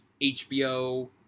HBO